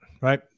right